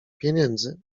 pieniędzy